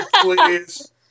please